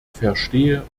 verstehe